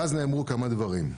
ואז נאמרו כמה דברים: